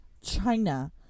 china